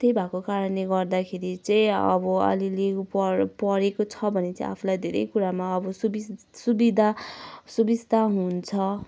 त्यही भएको कारणले गर्दाखेरि चाहिँ अब अलिअलि पढ् पढेको छ भने चाहिँ आफूलाई धेरै कुरामा अब सुविधा सुविस्ता हुन्छ